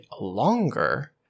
longer